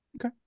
okay